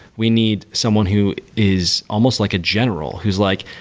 we need someone who is almost like a general, who's like,